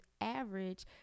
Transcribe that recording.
average